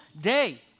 day